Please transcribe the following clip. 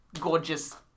gorgeous